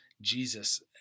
Jesus